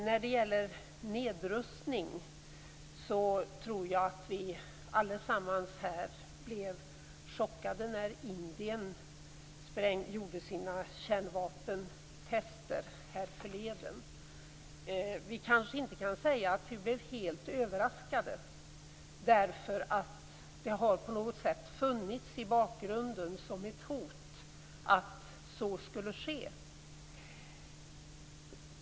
När det gäller frågan om nedrustning tror jag att vi allesammans här i kammaren blev chockade när Indien gjorde sina kärnvapentester härförleden. Vi kanske inte kan säga att vi blev helt överraskade. Det har på något sätt funnits i bakgrunden som ett hot att så skulle ske.